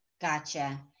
Gotcha